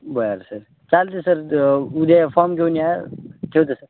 बरं सर चालते सर उद्या फॉर्म घेऊन या ठेवतो सर